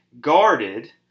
guarded